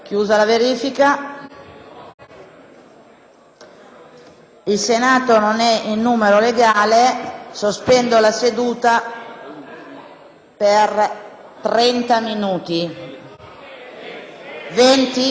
Il Senato non è in numero legale. Sospendo la seduta per venti minuti.